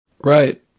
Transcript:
Right